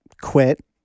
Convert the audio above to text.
quit